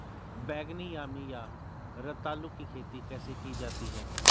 बैगनी यामी या रतालू की खेती कैसे की जाती है?